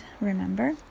remember